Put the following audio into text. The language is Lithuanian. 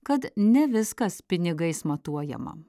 kad ne viskas pinigais matuojama